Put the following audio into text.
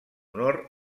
honor